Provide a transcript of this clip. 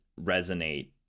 resonate